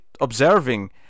observing